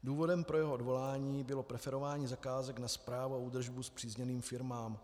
Důvodem pro jeho odvolání bylo preferování zakázek na správu a údržbu spřízněným firmám.